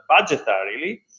budgetarily